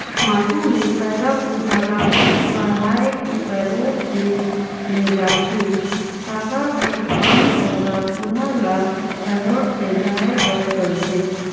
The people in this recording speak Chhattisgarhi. माझा मे पैरा कुढ़ा ल मढ़ाए के पैरोठ मे लेइजथे, सागा कर काम पैरा कुढ़ा ल पैरोठ लेइजे बर करथे